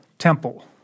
Temple